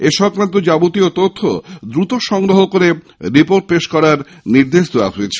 এই সংক্রান্ত যাবতীয় তথ্য দ্রুত সংগ্রহ করে রিপোর্ট জমা দেওয়ার নির্দেশ দেওয়া হয়েছে